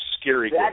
scary